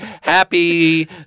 happy